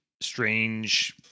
strange